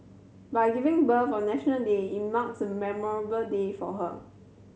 by giving birth on National Day it marks a memorable day for her